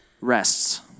rests